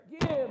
Give